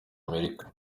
amerika